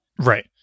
Right